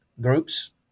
groups